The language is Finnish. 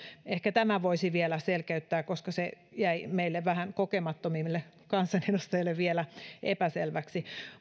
ehkä tämän voisi vielä selkeyttää koska se jäi meille vähän kokemattomammille kansanedustajille vielä epäselväksi